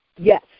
yes